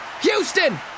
Houston